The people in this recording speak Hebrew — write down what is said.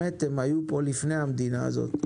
הם היו פה לפני המדינה הזאת.